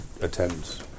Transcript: attend